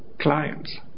clients